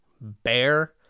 Bear